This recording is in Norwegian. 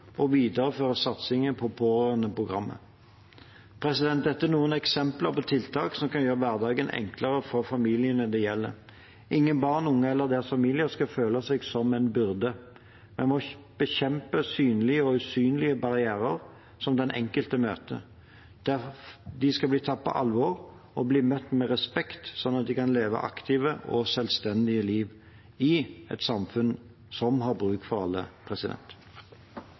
satsingen på pårørendeprogrammet. Dette er noen eksempler på tiltak som kan gjøre hverdagen enklere for familiene det gjelder. Ingen barn, unge eller deres familier skal føle seg som en byrde. Vi må bekjempe synlige og usynlige barrierer som den enkelte møter. De skal bli tatt på alvor og bli møtt med respekt, sånn at de kan leve et aktivt og selvstendig liv i et samfunn som har bruk for alle.